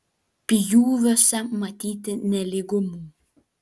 pjūviuose matyti nelygumų